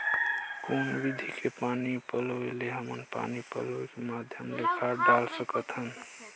कौन विधि के पानी पलोय ले हमन पानी पलोय के माध्यम ले खाद डाल सकत हन?